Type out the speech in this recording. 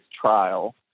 trial